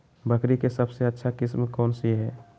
बकरी के सबसे अच्छा किस्म कौन सी है?